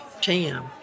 Tim